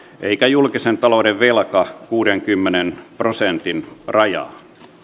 eikä julkisen talouden velka kuudenkymmenen prosentin rajaa